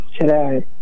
today